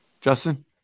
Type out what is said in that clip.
Justin